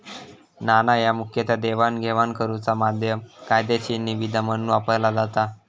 नाणा ह्या मुखतः देवाणघेवाण करुचा माध्यम, कायदेशीर निविदा म्हणून वापरला जाता